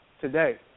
Today